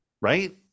right